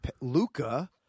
luca